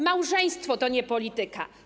Małżeństwo to nie polityka.